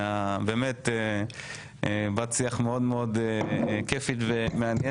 את בת שיח מהנה מאוד ומעניינת.